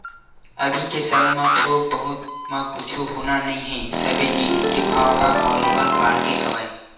अभी के समे म थोक बहुत म कुछु होना नइ हे सबे जिनिस के भाव ह बरोबर बाड़गे हवय